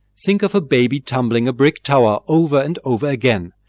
think of a baby tumbling a brick tower over and over again,